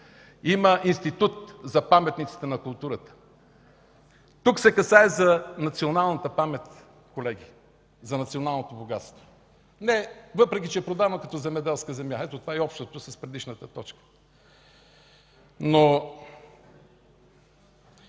Има Институт за паметниците на културата. Тук се касае за националната памет, колеги, за националното богатство, въпреки че е продавана като земеделска земя. Ето, това е и общото с предишната точка. Нека